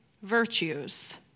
virtues